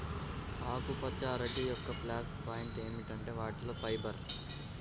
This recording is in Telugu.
ఆకుపచ్చ అరటి యొక్క ప్లస్ పాయింట్ ఏమిటంటే వాటిలో ఫైబర్